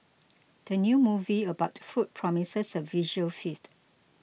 the new movie about food promises a visual feast